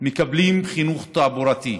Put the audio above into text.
מקבלות חינוך תעבורתי.